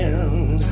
End